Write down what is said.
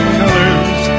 colors